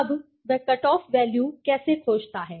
अब वह cut off value कैसे खोजता है